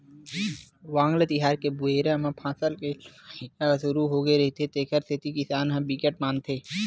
वांगला तिहार के बेरा म फसल के लुवई ह सुरू होगे रहिथे तेखर सेती किसान ह बिकट मानथे